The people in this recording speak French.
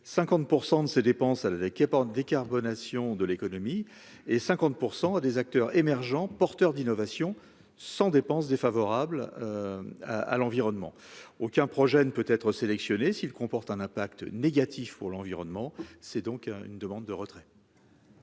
50 % de ses dépenses à la pendant décarbonation de l'économie et 50 %% des acteurs émergents porteurs d'innovation sans dépenses défavorables à l'environnement, aucun projet ne peut être sélectionné s'il comporte un impact négatif pour l'environnement, c'est donc une demande de retrait.